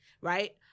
right